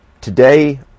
Today